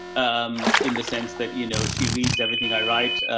um, in the sense that, you know, she reads everything i write.